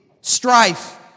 strife